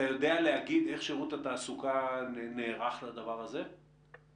אתה יודע להגיד איך שירות התעסוקה נערך לדבר הזה?